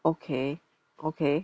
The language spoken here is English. okay okay